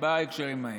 בהקשרים האלה.